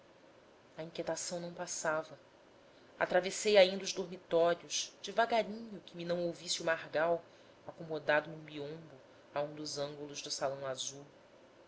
a inquietação não passava atravessei ainda os dormitórios devagarinho que me não ouvisse o margal acomodado num biombo a um dos ângulos do salão azul